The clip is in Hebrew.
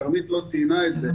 כרמית לא ציינה את זה,